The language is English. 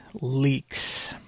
leaks